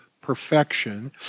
perfection